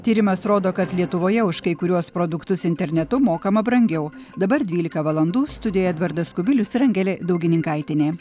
tyrimas rodo kad lietuvoje už kai kuriuos produktus internetu mokama brangiau dabar dvylika valandų studijoje edvardas kubilius ir angelė daugininkaitienė